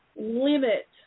limit